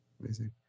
Amazing